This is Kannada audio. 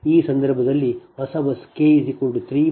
ಈ ಸಂದರ್ಭದಲ್ಲಿ ಹೊಸ ಬಸ್ k 3 ಮತ್ತು j 1